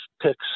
picks